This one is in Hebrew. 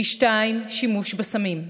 פי שניים שימוש בסמים,